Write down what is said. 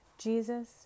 Jesus